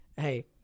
hey